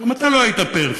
גם אתה לא היית פרפקט,